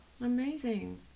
amazing